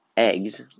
Eggs